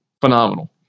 phenomenal